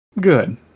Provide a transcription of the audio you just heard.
Good